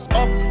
up